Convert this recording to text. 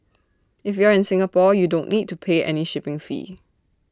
if you are in Singapore you don't need to pay any shipping fee